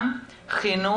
אני רוצה לחזור